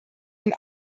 den